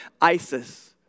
ISIS